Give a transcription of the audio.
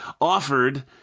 offered